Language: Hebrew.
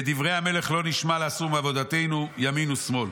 לדברי המלך לא נשמע לסור מעבודתנו ימין ואו שמאל.